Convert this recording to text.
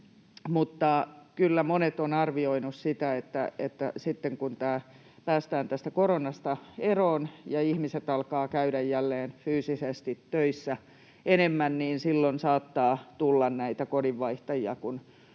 mutta kyllä monet ovat arvioineet sitä, että sitten kun päästään tästä koronasta eroon ja ihmiset alkavat käydä jälleen enemmän fyysisesti töissä, niin silloin saattaa tulla näitä kodinvaihtajia, kun